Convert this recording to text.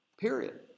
Period